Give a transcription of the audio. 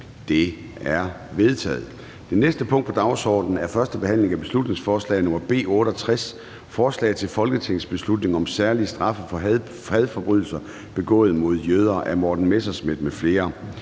Det er vedtaget. --- Det næste punkt på dagsordenen er: 6) 1. behandling af beslutningsforslag nr. B 68: Forslag til folketingsbeslutning om særlige straffe for hadforbrydelser begået mod jøder. Af Morten Messerschmidt (DF) m.fl.